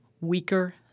weaker